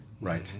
Right